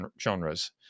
genres